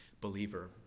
believer